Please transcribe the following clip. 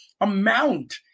amount